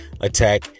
attack